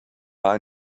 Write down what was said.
war